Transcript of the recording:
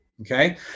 Okay